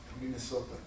Minnesota